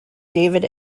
david